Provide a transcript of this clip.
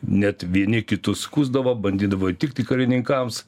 net vieni kitus skųsdavo bandydavo įtikti karininkams